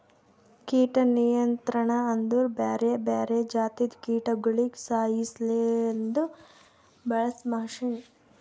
ಕೀಟ ನಿಯಂತ್ರಣ ಅಂದುರ್ ಬ್ಯಾರೆ ಬ್ಯಾರೆ ಜಾತಿದು ಕೀಟಗೊಳಿಗ್ ಸಾಯಿಸಾಸಲೆಂದ್ ಬಳಸ ಮಷೀನ್